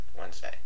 Wednesday